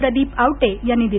प्रदीप आवटे यांनी दिली